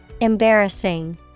Embarrassing